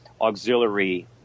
auxiliary